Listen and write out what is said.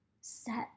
set